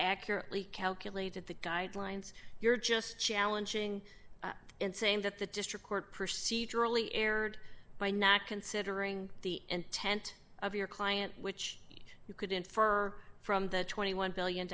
accurately calculated the guidelines you're just challenging in saying that the district court procedurally erred by not considering the intent of your client which you could infer from that twenty one billion